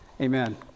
amen